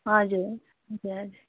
हजुर हजुर